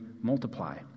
multiply